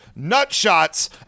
nutshots